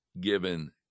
given